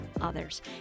others